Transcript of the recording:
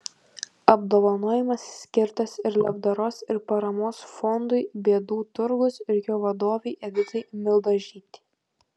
apdovanojimas skirtas ir labdaros ir paramos fondui bėdų turgus ir jo vadovei editai mildažytei